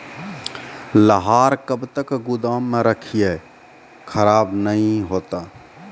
लहार कब तक गुदाम मे रखिए खराब नहीं होता?